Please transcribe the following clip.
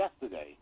yesterday